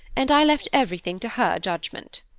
and i left everything to her judgment.